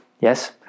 Yes